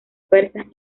persas